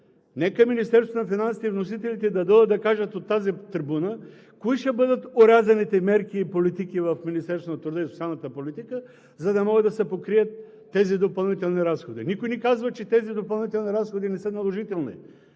финансите и вносителите да дойдат да кажат от тази трибуна кои ще бъдат орязаните мерки и политики в Министерството на труда и социалната политика, за да могат да се покрият тези допълнителни разходи? Никой не казва, че тези допълнителни разходи не са наложителни.